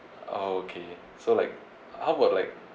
okay so like how about like